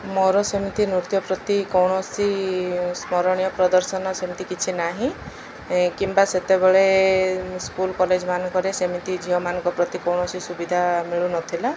ମୋର ସେମିତି ନୃତ୍ୟ ପ୍ରତି କୌଣସି ସ୍ମରଣୀୟ ପ୍ରଦର୍ଶନ ସେମିତି କିଛି ନାହିଁ କିମ୍ବା ସେତେବେଳେ ସ୍କୁଲ୍ କଲେଜ୍ ମାନଙ୍କରେ ସେମିତି ଝିଅମାନଙ୍କ ପ୍ରତି କୌଣସି ସୁବିଧା ମିଳୁ ନଥିଲା